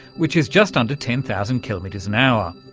which is just under ten thousand kilometres an hour.